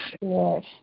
Yes